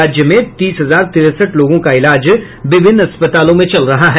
राज्य में तीस हजार तिरेसठ लोगों का इलाज विभिन्न अस्पतालों में चल रहा है